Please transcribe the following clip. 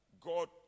God